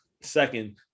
second